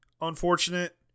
unfortunate